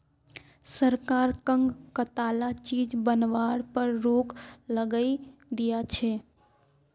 सरकार कं कताला चीज बनावार पर रोक लगइं दिया छे